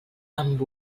amb